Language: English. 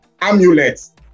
amulets